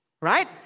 Right